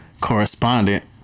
Correspondent